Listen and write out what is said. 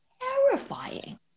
terrifying